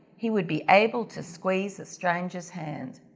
he would be able to squeeze a stranger's hand.